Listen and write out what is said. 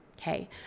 okay